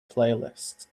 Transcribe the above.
playlist